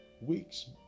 weeks